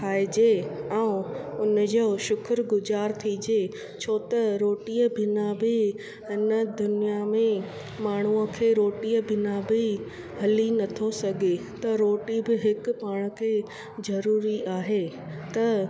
ठाहिजे ऐं उन जो शुक्रु गुज़ारु थीजे छो त रोटीअ बिना बि इन दुनिया में माण्हू खे रोटीअ बिना बि हली नथो सघे त रोटी बि हिकु पाण खे ज़रूरी आहे त